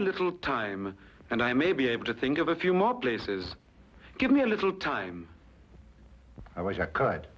a little time and i may be able to think of a few more places give me a little time i wish i could